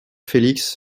félix